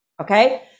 Okay